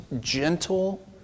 gentle